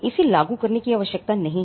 इसे लागू करने की आवश्यकता नहीं है